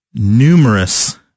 numerous